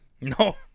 No